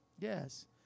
Yes